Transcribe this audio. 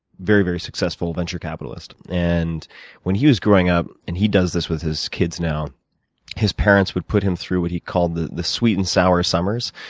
very, very successful venture capitalist. and when he was growing up and he does this with his kids, now his parents would put him through what he called the the sweet and sour summers.